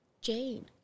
Jane